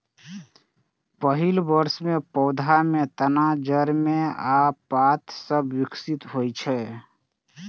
पहिल वर्ष मे पौधा मे तना, जड़ आ पात सभ विकसित होइ छै